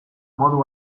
modu